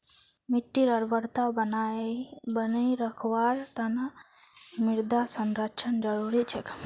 मिट्टीर उर्वरता बनई रखवार तना मृदा संरक्षण जरुरी छेक